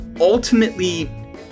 ultimately